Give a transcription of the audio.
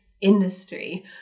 industry